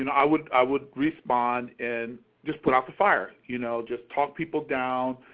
and i would i would respond and just put out the fire. you know, just talk people down,